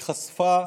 היא חשפה